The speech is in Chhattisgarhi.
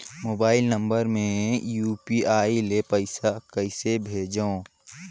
मोबाइल नम्बर मे यू.पी.आई ले पइसा कइसे भेजवं?